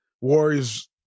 Warriors